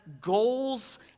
goals